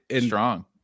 strong